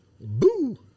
boo